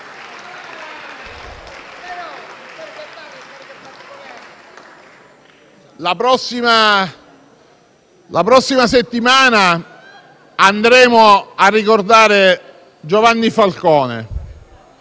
La prossima settimana andremo a ricordare Giovanni Falcone